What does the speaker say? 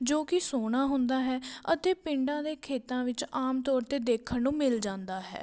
ਜੋ ਕਿ ਸੋਹਣਾ ਹੁੰਦਾ ਹੈ ਅਤੇ ਪਿੰਡਾਂ ਦੇ ਖੇਤਾਂ ਵਿੱਚ ਆਮ ਤੌਰ 'ਤੇ ਦੇਖਣ ਨੂੰ ਮਿਲ ਜਾਂਦਾ ਹੈ